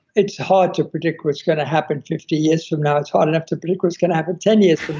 it's hard to predict what's going to happen fifty years from now. it's hard enough to predict what's going to happen ten years from